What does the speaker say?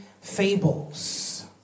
fables